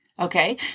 Okay